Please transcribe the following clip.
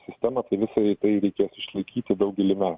sistema kai visa tai reikės išlaikyti daugelį metų